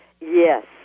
Yes